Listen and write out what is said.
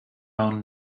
own